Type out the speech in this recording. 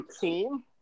team